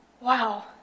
wow